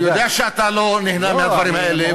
אני יודע שאתה לא נהנה מהדברים האלה,